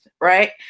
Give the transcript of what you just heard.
right